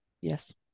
Yes